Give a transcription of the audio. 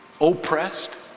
oppressed